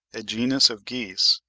a genus of geese,